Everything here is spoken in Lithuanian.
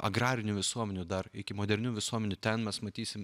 agrarinių visuomenių dar iki modernių visuomenių ten mes matysim